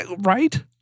Right